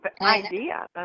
idea